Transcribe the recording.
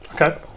okay